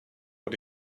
but